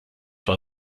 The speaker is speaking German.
war